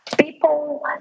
people